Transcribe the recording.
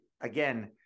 again